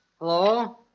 Hello